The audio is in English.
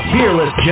Fearless